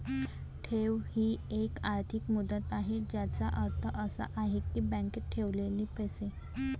ठेव ही एक आर्थिक मुदत आहे ज्याचा अर्थ असा आहे की बँकेत ठेवलेले पैसे